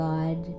God